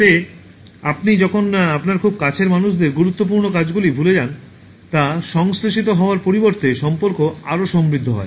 যাতে আপনি যখন আপনার খুব কাছের মানুষদের গুরুত্বপূর্ণ কাজগুলি ভুলে যান তা সংশ্লেষিত হওয়ার পরিবর্তে সম্পর্ক আরও সমৃদ্ধ হয়